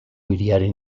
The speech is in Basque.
hiriaren